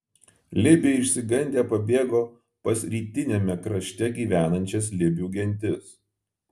libiai išsigandę pabėgo pas rytiniame krašte gyvenančias libių gentis